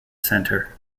center